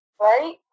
Right